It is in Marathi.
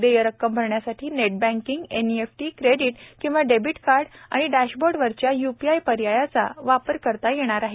देय रक्कम भरण्यासाठी net banking NEFT credit किंवा डेबिट कार्ड आणि डॅशबोर्डावरच्या य्पीआय पर्यायाचा वापर करता येणार आहे